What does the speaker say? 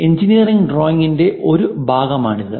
engineering ഡ്രോയിംഗിന്റെ ഒരു ഭാഗമാണിത്